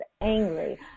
angry